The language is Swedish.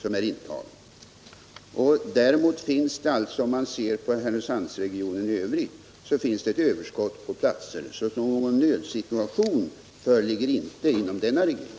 Om man däremot ser på Härnösandsregionen i övrigt så finns det ett överskott på platser. Någon nödsituation föreligger sålunda inte inom denna region.